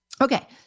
Okay